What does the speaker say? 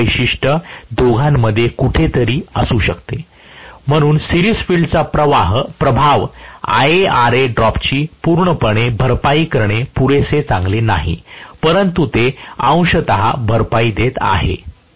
आणि हि वैशिष्ट्य दोघांमध्ये कुठेतरी असू शकते म्हणून सिरिज फील्डचा प्रभाव IaRa ड्रॉपची पूर्णपणे भरपाई करणे पुरेसे चांगले नाही परंतु ते अंशतः भरपाई देत आहे